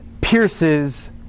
pierces